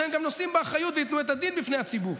והם גם נושאים באחריות וייתנו את הדין בפני הציבור.